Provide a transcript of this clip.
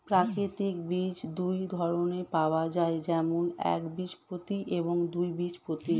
প্রাকৃতিক বীজ দুই ধরনের পাওয়া যায়, যেমন একবীজপত্রী এবং দুই বীজপত্রী